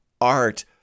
art